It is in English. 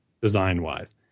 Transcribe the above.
design-wise